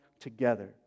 together